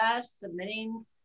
submitting